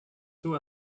two